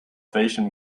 welchem